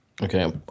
Okay